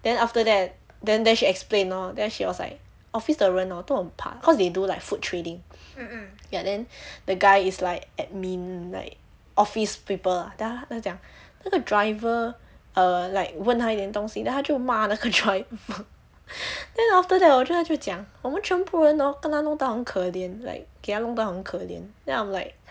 then after that then then she explained lor then she was like office 的人 hor 都很怕 cause they do like food trading ya then the guy is like admin like office people lah then 他讲那个 driver err like 问他一点东西 then 他就骂那个 driver then after hor 他就讲我们全部人 hor 跟他弄到很可怜 like 给他弄到很可怜 then I am like